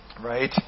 right